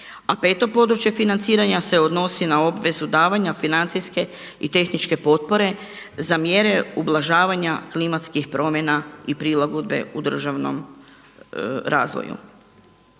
A 5. područje financiranja se odnosi na obvezu davanja financijske i tehničke potpore za mjere ublažavanja klimatskih promjena i prilagodbe u državnom razvoju.